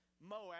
Moab